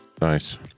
Nice